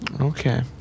Okay